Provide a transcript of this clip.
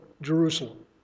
Jerusalem